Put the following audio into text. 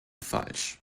falsch